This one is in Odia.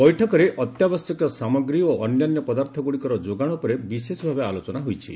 ବୈଠକରେ ଅତ୍ୟାବଶ୍ୟକ ସାମଗ୍ରୀ ଓ ଅନ୍ୟାନ୍ୟ ପଦାର୍ଥଗୁଡ଼ିକର ଯୋଗାଣ ଉପରେ ବିଶେଷ ଭାବେ ଆଲୋଚନା ହୋଇଛି